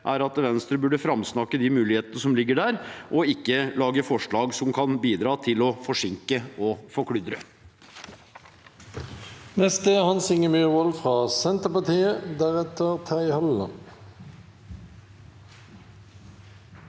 er at Venstre burde framsnakke de mulighetene som ligger der, og ikke lage forslag som kan bidra til å forsinke og forkludre.